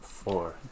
four